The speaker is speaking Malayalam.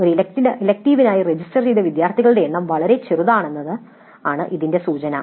ആ ഇലക്ടീവിനായി രജിസ്റ്റർ ചെയ്ത വിദ്യാർത്ഥികളുടെ എണ്ണം വളരെ ചെറുതാണെന്നതാണ് ഇതിന്റെ സൂചന